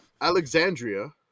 alexandria